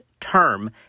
term